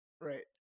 right